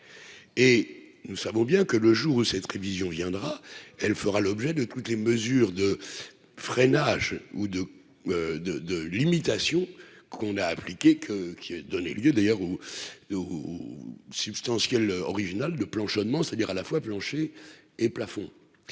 et nous savons bien que le jour où cette révision viendra, elle fera l'objet de toutes les mesures de freinage ou de, de, de limitation qu'on a appliqué que qui a donné lieu d'ailleurs où substantiel original de planchonnement, c'est-à-dire à la fois plancher et plafond,